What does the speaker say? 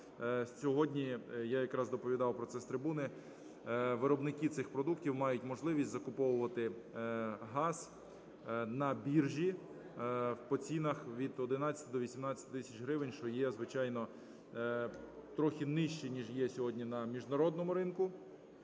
Сьогодні я якраз доповідав про це з трибуни. Виробники цих продуктів мають можливість закуповувати газ на біржі по цінах від 11 до 18 тисяч гривень, що є, звичайно, трохи нижче, ніж є сьогодні на міжнародному ринку,